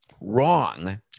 wrong